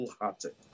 hearted